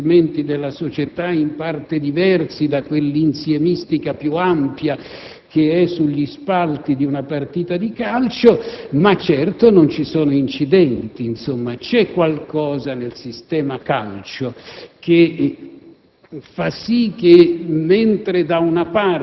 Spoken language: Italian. forse sociologicamente rappresentano segmenti di società in parte diversi da quell'insiemistica più ampia che è sugli spalti di una partita di calcio, ma certamente lì non vi sono incidenti. Alcune specificità del sistema calcio